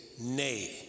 nay